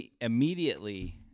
immediately